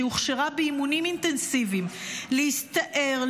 שהוכשרה באימונים אינטנסיביים להסתער,